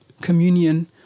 communion